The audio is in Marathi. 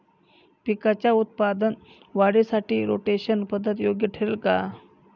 पिकाच्या उत्पादन वाढीसाठी रोटेशन पद्धत योग्य ठरेल का?